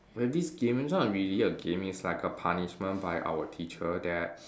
we have this game it's not really a game it's like a punishment by our teacher that